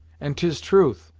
and tis truth,